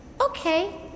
Okay